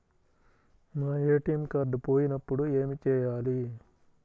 నా ATM card పోయినప్పుడు ఏమి చేయాలి?